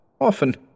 Often